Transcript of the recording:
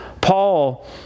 Paul